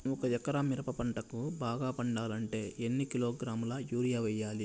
ఒక ఎకరా మిరప పంటకు బాగా పండాలంటే ఎన్ని కిలోగ్రామ్స్ యూరియ వెయ్యాలి?